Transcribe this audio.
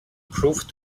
proved